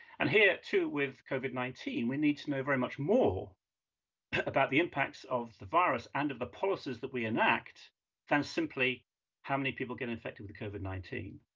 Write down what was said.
and here too with covid nineteen, we need to know very much more about the impacts of the virus and of the policies that we enact than simply how many people get infected with covid nineteen.